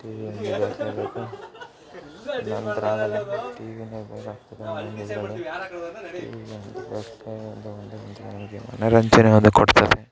TV ಒಂದು ಬೇಕೇ ಬೇಕು ಇಲ್ಲ ಅಂದ್ರೆ ಆಗಲ್ಲ ಟಿವಿ ಮನೋರಂಜನೆ ಒಂದು ಕೊಡ್ತದೆ